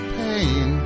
pain